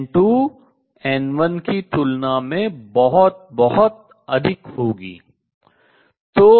N2 N1 की तुलना में बहुत बहुत अधिक होगी